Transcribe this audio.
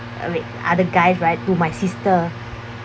uh with other guys right to my sister